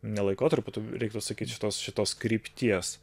ne laikotarpiu reiktų sakyti šitos šitos krypties